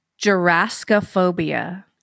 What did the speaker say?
Jurassicophobia